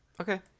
Okay